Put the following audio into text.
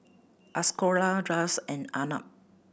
Ashoka Raj and Arnab